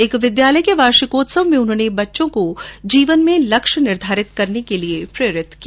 एक विद्यालय के वार्षिकोत्सव में उन्होंने बच्चों को जीवन में लक्ष्य निर्धारित करने के लिये प्रेरित किया